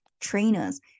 trainers